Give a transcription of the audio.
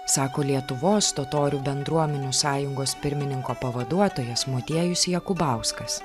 sako lietuvos totorių bendruomenių sąjungos pirmininko pavaduotojas motiejus jakubauskas